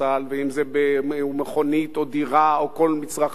אם מכונית או דירה או כל מצרך אחר,